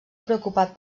preocupat